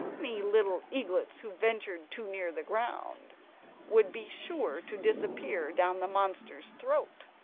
any little eaglets who ventured too near the ground would be sure to disappear down the monster's throat.